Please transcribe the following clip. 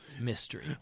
mystery